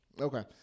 Okay